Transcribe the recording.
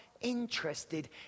interested